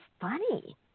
funny